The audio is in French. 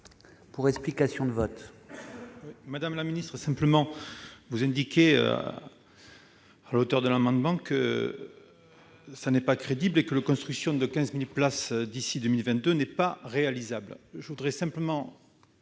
pour explication de vote.